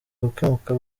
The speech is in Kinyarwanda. gukemuka